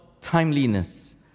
timeliness